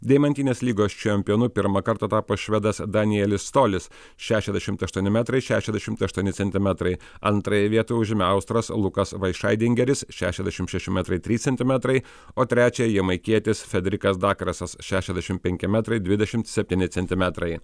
deimantinės lygos čempionu pirmą kartą tapo švedas danielis tolis šešiasdešimt aštuoni metrai šešiasdešimt aštuoni centimetrai antrąją vietą užėmė austras lukas vaišaidingeris šešiasdešim šeši metrai trys centimetrai o trečią jamaikietis federikas dakarasas šešiasdešim penki metrai dvidešimt septyni centimetrai